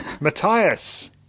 Matthias